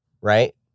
Right